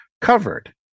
covered